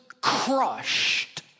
crushed